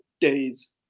days